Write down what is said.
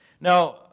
Now